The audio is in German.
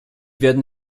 werden